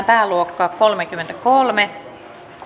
pääluokasta kolmekymmentäkolme